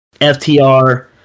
FTR